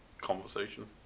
conversation